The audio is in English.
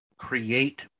Create